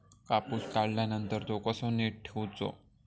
कापूस काढल्यानंतर तो कसो नीट ठेवूचो?